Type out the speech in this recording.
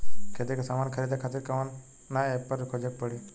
खेती के समान खरीदे खातिर कवना ऐपपर खोजे के पड़ी?